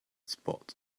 spot